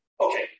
Okay